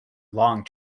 long